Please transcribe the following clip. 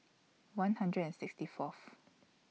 one hundred and sixty Fourth